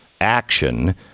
action